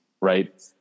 right